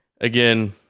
again